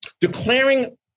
declaring